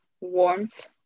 warmth